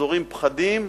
זורים פחדים.